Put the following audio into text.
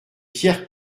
pierre